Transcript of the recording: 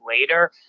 later